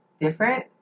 different